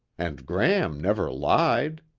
and gram never lied.